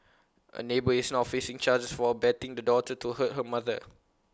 A neighbour is now facing charges for abetting the daughter to hurt her mother